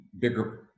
bigger